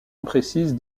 imprécise